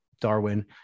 Darwin